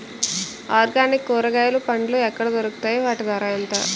Organic కూరగాయలు పండ్లు ఎక్కడ దొరుకుతాయి? వాటి ధర ఎంత?